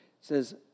says